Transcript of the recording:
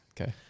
Okay